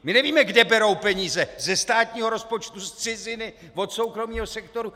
My nevíme, kde berou peníze ze státního rozpočtu, z ciziny, od soukromého sektoru?